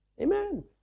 Amen